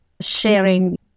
Sharing